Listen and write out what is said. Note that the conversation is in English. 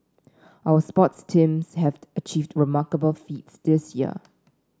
our sports teams have achieved remarkable feats this year